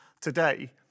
today